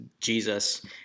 Jesus